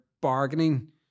bargaining